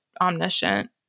omniscient